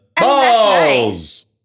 Balls